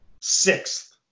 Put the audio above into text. Sixth